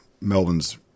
Melbourne's